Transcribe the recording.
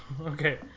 Okay